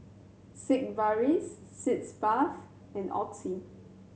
Sigvaris Sitz Bath and Oxy